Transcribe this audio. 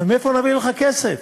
אבל מאיפה נביא לך כסף?